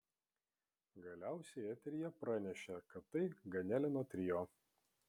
galiausiai eteryje pranešė kad tai ganelino trio